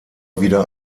wieder